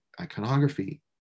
iconography